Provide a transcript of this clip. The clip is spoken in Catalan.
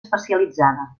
especialitzada